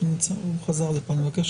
ממש